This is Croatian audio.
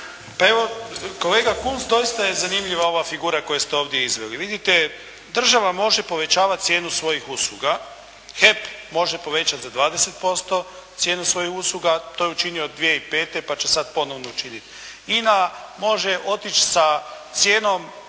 Pa evo, kolega Kunst doista je zanimljiva ova figura koju ste ovdje izveli. Vidite, država može povećavati cijenu svojih usluga, HEP može povećati za 20% cijenu svojih usluga, to je učinio 2005. pa će sada ponovno učiniti. INA može otići sa cijenom